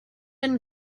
and